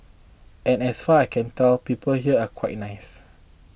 and as far I can tell people here are quite nice